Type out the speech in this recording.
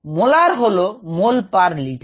molar হল mole per litre